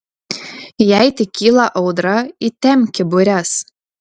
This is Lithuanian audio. jei tik kyla audra įtempki bures